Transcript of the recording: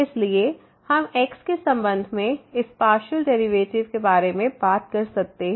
इसलिए हम x के संबंध में इस पार्शियल डेरिवेटिव के बारे में बात कर सकते हैं